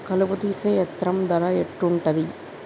కలుపు తీసే యంత్రం ధర ఎంతుటది?